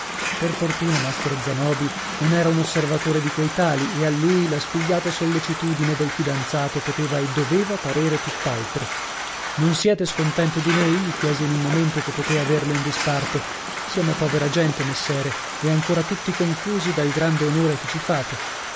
per fortuna mastro zanobi non era un osservatore di quei tali e a lui la spigliata sollecitudine del fidanzato poteva e doveva parere tutt'altro non siete scontento di noi gli chiese in un momento che potè averlo in disparte siamo povera gente messere e ancora tutti confusi dal grande onore che ci fate